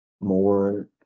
More